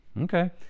Okay